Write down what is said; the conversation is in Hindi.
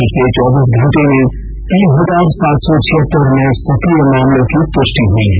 पिछले चौबीस घंटों में तीन हजार सात सौ छियहतर नये सक्रिय मामलों की पुष्टि हुई है